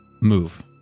move